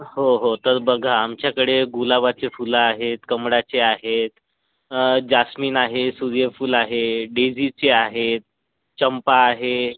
हो हो तर बघा आमच्याकडे गुलाबाचे फुलं आहेत कमळाचे आहेत जास्मिन आहे सूर्यफूल आहे डेझीचे आहेत चंपा आहे